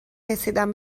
رسیدن